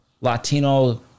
Latino